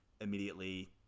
immediately